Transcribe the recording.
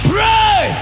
Pray